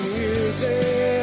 music